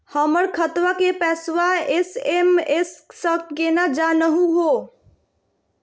हमर खतवा के पैसवा एस.एम.एस स केना जानहु हो?